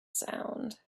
sound